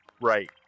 right